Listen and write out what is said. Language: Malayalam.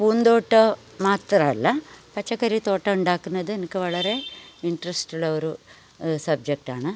പൂന്തോട്ടം മാത്രമല്ല പച്ചക്കറി തോട്ടം ഉണ്ടാക്കുന്നത് എനിക്ക് വളരെ ഇൻട്രസ്റ്റുള്ള ഒരു സബ്ജക്റ്റ് ആണ്